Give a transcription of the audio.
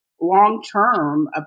long-term